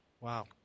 Wow